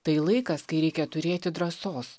tai laikas kai reikia turėti drąsos